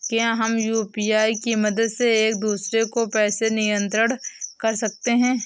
क्या हम यू.पी.आई की मदद से एक दूसरे को पैसे स्थानांतरण कर सकते हैं?